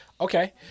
okay